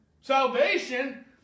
Salvation